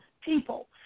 people